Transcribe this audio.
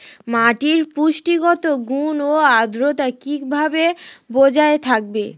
মাটির পুষ্টিগত গুণ ও আদ্রতা কিভাবে বজায় থাকবে?